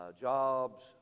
jobs